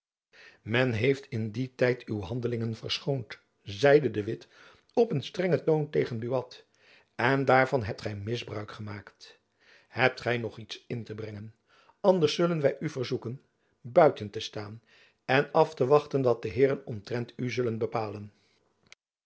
men heeft in dien tijd uw handelingen verschoond zeide de witt op een strengen toon tegen buat en daarvan hebt gy misbruik gemaakt hebt gy nog iets in te brengen anders zullen wy u verzoeken buiten te staan en af te wachten wat de heeren omtrent u zullen bepalen